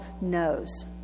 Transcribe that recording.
knows